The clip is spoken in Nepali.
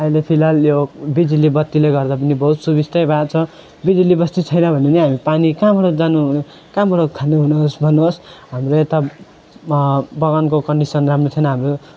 अहिले फिलहाल यो बिजुली बत्तीले गर्दा पनि बहुत सुबिस्तै भएको छ बिजुली बत्ती छैन भने पनि हामी कहाँबाट जानु कहाँबाट खानु हुनु होस् भन्नु होस् हाम्रो यता बगानको कन्डिसन राम्रो छैन हाम्रो